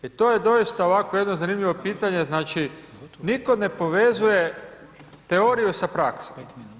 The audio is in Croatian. I to je doista ovako jedno zanimljivo pitanje, znači nitko ne povezuje teoriju sa praksom.